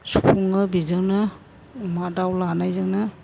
सुफुङो बेजोंनो अमा दाउ लानायजोंनो